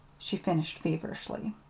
she finished feverishly.